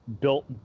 built